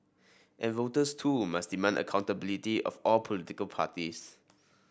and voters too must demand accountability of all political parties